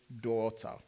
daughter